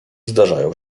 zdarzają